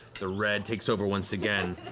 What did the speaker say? the red takes over once again.